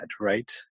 right